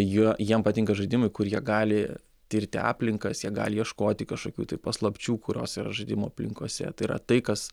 juo jiem patinka žaidimai kur jie gali tirti aplinkas jie gali ieškoti kažkokių paslapčių kurios yra žaidimų aplinkose tai yra tai kas